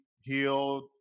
healed